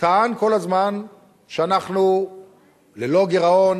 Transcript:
טען כל הזמן שאנחנו ללא גירעון,